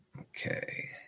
Okay